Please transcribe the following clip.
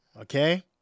okay